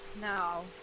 now